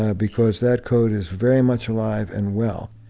ah because that code is very much alive and well.